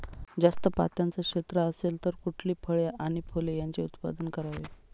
जास्त पात्याचं क्षेत्र असेल तर कुठली फळे आणि फूले यांचे उत्पादन करावे?